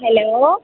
hello